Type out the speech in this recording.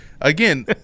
again